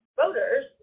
voters